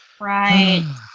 Right